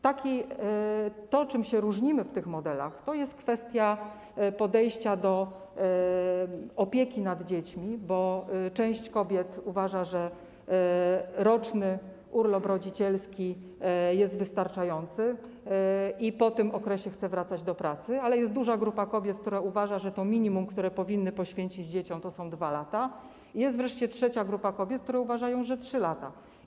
To, czym się różnimy w tych modelach, to jest kwestia podejścia do opieki nad dziećmi, bo część kobiet uważa, że roczny urlop rodzicielski jest wystarczający, i po tym okresie chce wracać do pracy, ale jest duża grupa kobiet, które uważają, że to minimum, które powinny poświęcić dzieciom, to są 2 lata, jest wreszcie trzecia grupa kobiet, które uważają, że 3 lata.